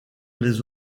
les